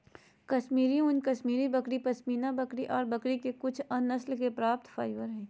कश्मीरी ऊन, कश्मीरी बकरी, पश्मीना बकरी ऑर बकरी के कुछ अन्य नस्ल से प्राप्त फाइबर हई